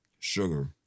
Sugar